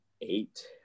eight